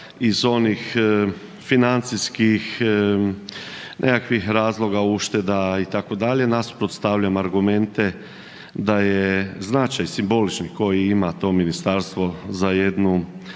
iz onih financijskih, nekakvih razloga ušteda itd., nasuprot stavljam argumente da je značaj simbolični koje ima to ministarstvo za jednu